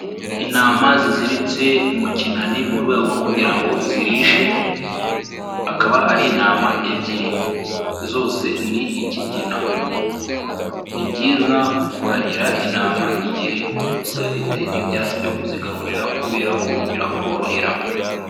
Intama ziziritse mu kinani mu rwego rwo kugira ngo zirishe, akaba ari intama ebyiri zose ni ikigina, ni byiza kuragira intama igihe udafite ibyatsi byo kuzigaburira kubera ko birakorohera.